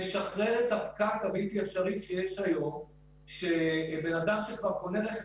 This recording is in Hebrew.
לשחרר את הפקק הבלתי אפשרי שיש היום שבו בן אדם שכבר קונה רכב